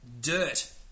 dirt